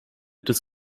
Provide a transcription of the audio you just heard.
des